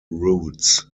routes